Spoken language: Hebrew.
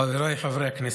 חבריי חברי הכנסת,